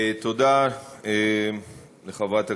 תודה לחברת הכנסת.